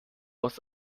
aus